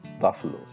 buffalo